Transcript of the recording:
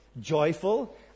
joyful